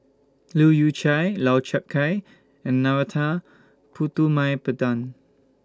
Leu Yew Chye Lau Chiap Khai and Narana Putumaippittan